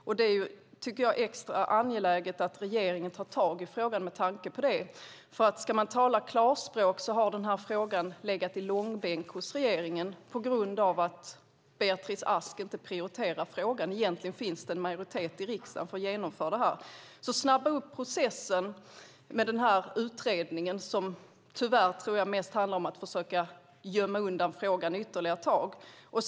Jag tycker att det är extra angeläget att regeringen tar tag i frågan med tanke på det. Om man ska tala klarspråk har frågan legat i långbänk hos regeringen på grund av att Beatrice Ask inte prioriterar frågan. Egentligen finns det en majoritet i riksdagen för att genomföra detta. Snabba upp processen med utredningen, som jag tyvärr tror mest handlar om att försöka gömma undan frågan ytterligare ett tag!